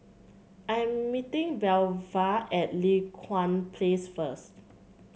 I'm meeting Belva at Li Hwan Place first